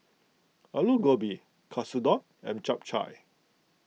Alu Gobi Katsudon and Japchae